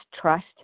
trust